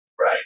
Right